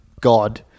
God